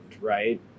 Right